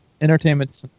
Entertainment